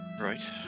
Right